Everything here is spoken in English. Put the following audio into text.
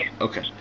Okay